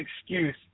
excuse